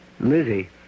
Lizzie